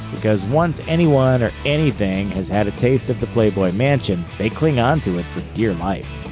because once anyone or anything has had a taste of the playboy mansion, they cling on to it for dear life.